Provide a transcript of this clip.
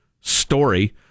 story